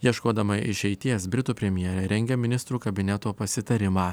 ieškodama išeities britų premjerė rengia ministrų kabineto pasitarimą